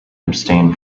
abstain